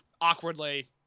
awkwardly